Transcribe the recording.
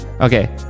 Okay